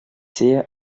sehe